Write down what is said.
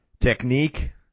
Technique